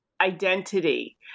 identity